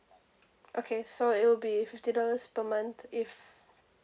okay so it will be fifty dollars per month if